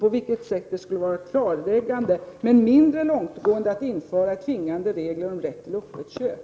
På vilket sätt skulle det vara klarläggande men mindre långtgående att införa tvingande regler om rätt till öppet köp?